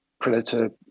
predator